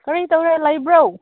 ꯀꯔꯤ ꯇꯧꯔ ꯂꯩꯕ꯭ꯔꯣ